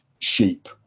Sheep